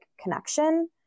connection